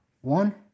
one